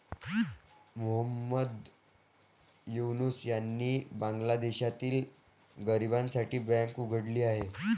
मोहम्मद युनूस यांनी बांगलादेशातील गरिबांसाठी बँक उघडली आहे